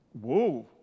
Whoa